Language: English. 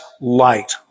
light